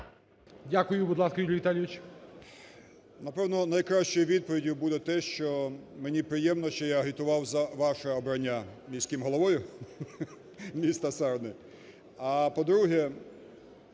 Дякую. Будь ласка, Юрій Віталійович.